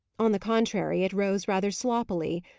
on the contrary, it rose rather sloppily.